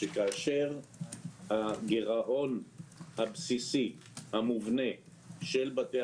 שכאשר הגירעון הבסיסי המובנה של בתי